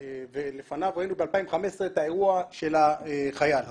ולפניו ראינו ב-2015 את האירוע של החייל שנתפס,